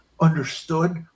understood